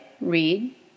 read